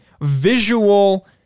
visual